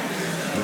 מתן.